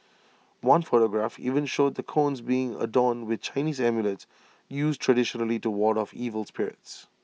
one photograph even showed the cones being adorn with Chinese amulets used traditionally to ward off evil spirits